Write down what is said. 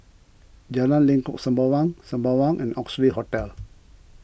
Jalan Lengkok Sembawang Sembawang and Oxley Hotel